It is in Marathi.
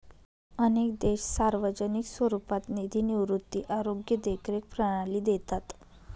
अनेक देश सार्वजनिक स्वरूपात निधी निवृत्ती, आरोग्य देखरेख प्रणाली देतात